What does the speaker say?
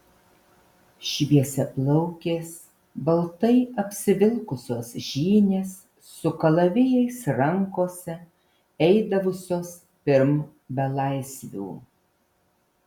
šviesiaplaukės baltai apsivilkusios žynės su kalavijais rankose eidavusios pirm belaisvių